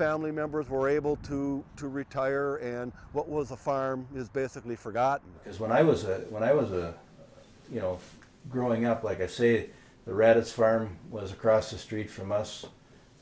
family members were able to to retire and what was a farm is basically forgotten because when i was when i was a you know growing up like i say the rats fire was across the street from us